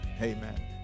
Amen